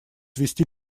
вести